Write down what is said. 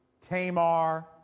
Tamar